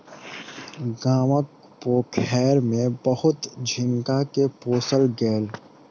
गामक पोखैर में बहुत झींगा के पोसल गेल